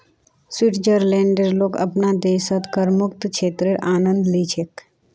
स्विट्जरलैंडेर लोग अपनार देशत करमुक्त क्षेत्रेर आनंद ली छेक